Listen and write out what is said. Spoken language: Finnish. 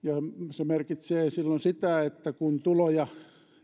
se merkitsee silloin sitä että kun tuloja